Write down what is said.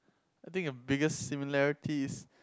I think the biggest similarity is